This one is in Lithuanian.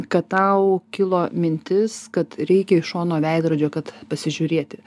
kad tau kilo mintis kad reikia iš šono veidrodžio kad pasižiūrėti